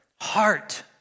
Heart